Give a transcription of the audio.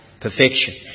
perfection